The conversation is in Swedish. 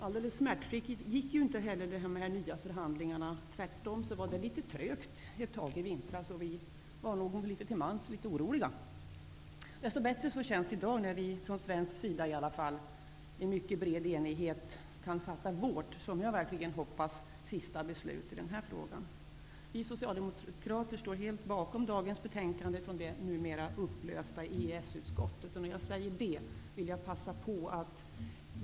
Alldeles smärtfritt gick inte heller dessa förnyade förhandlingar. Tvärtom var det litet trögt ett tag i vintras, och vi var nog alla litet till mans oroliga. Desto bättre känns det i dag när vi från svensk sida i mycket bred enighet kan fatta vårt, som jag verkligen hoppas, sista beslut i frågan. Vi socialdemokrater står helt eniga bakom dagens betänkande från det numera upplösta EES utskottet.